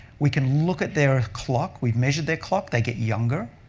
we can look at their clock. we've measured their clock. they get younger.